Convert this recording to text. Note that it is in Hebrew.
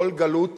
כל גלות